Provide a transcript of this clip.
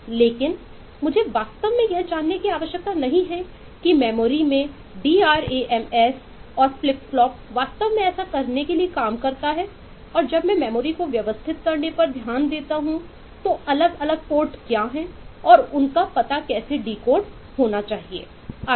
लेकिन मुझे वास्तव में यह जानने की आवश्यकता नहीं है कि मेमोरी को व्यवस्थित करने पर ध्यान केंद्रित करता हूं तो अलग अलग पोर्ट क्या हैं और उनका पता कैसेडिकोड होना चाहिए आदि